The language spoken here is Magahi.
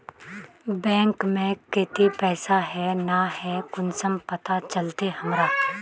बैंक में केते पैसा है ना है कुंसम पता चलते हमरा?